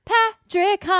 Patrick